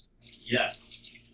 Yes